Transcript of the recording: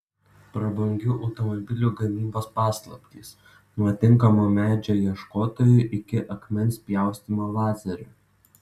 prabangių automobilių gamybos paslaptys nuo tinkamo medžio ieškotojų iki akmens pjaustymo lazeriu